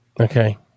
Okay